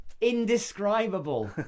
indescribable